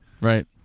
Right